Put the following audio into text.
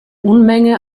unmenge